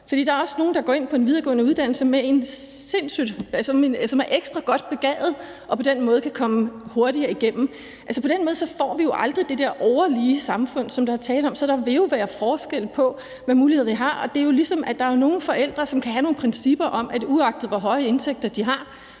der er også nogle, der går ind på en videregående uddannelse, som er ekstra godt begavet og på den måde kan komme hurtigere igennem. Set på den måde får vi jo aldrig det der overlige samfund, som der tales om; der vil jeg jo være forskel på, hvad muligheder vi har. Det er ligesom det med, at der er nogle forældre, som kan have nogle principper om, at uagtet hvor høje indtægter de selv